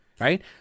right